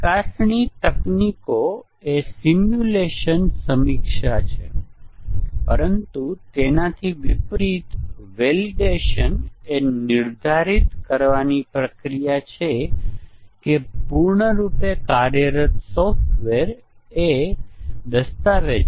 અહીં એક ગેરલાભ એ છે કે ટેસ્ટીંગ ઇજનેરો સિસ્ટમ સ્તરના કાર્યોનું અવલોકન કરી શકતા નથી જે ફક્ત નીચેના સ્તરના મોડ્યુલો જણાવે છે પરંતુ ત્યાં એક વિશાળ કેસ હોઈ શકે છે અને તેઓ ખરેખર વિશાળ કેસ ચલાવી શકતા નથી